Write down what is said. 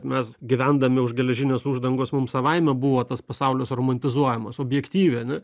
mes gyvendami už geležinės uždangos mum savaime buvo tas pasaulis romantizuojamas objektyviai ane